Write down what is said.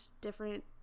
different